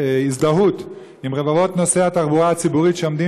הזדהות עם רבבות נוסעי התחבורה הציבורית שעומדים